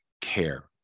care